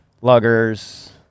luggers